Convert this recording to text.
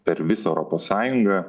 per visą europos sąjungą